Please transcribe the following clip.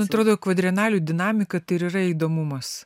man atrodo kvadrenalių dinamika tai ir yra įdomumas